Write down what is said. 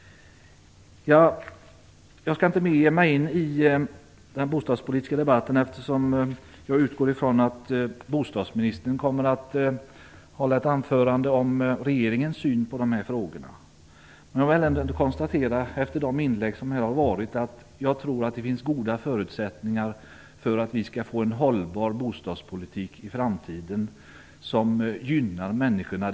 Jag skall inte ge mig in i den bostadspolitiska debatten, eftersom jag utgår från att bostadsministern kommer att hålla ett anförande om regeringens syn på de frågorna. Efter de inlägg som har varit vill jag ändå konstatera att jag tror att det finns goda förutsättningar för att vi i framtiden skall få en hållbar bostadspolitik som gynnar människorna.